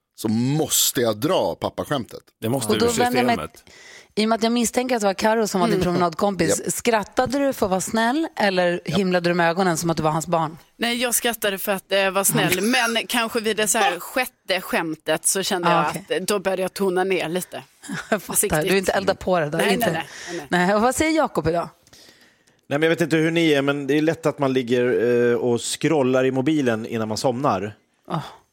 så måste jag dra pappaskämtet. Det måste Och du i då vänder jag mig- systemet. i och med att jag misstänker att det var Karo som var din Mm. promenadkompis, Japp. skrattade du för att vara snäll eller Japp. himlade du med ögonen som att du var hans barn? Nej, jag skrattade för att, eh, vara snäll. Ja. Men kanske vid det så här Ah. sjätte skämtet så kände Ah, jag okej. att då började jag tona ner lite. Fattar. Du är Försiktigt. inte eldad på det där, Nej, nej, inte. nej, nej, nej. Nej, och vad säger Jakob idag? Nej, men jag vet inte hur ni är, men det är lätt att man ligger, eh, och scrollar i mobilen innan man somnar. Ah.